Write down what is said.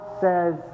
says